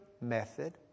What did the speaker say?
method